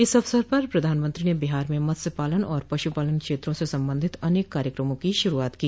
इस अवसर पर प्रधानमंत्री ने बिहार में मत्स्य पालन और पशुपालन क्षेत्रों से संबंधित अनेक कार्यक्रमों की शुरूआत की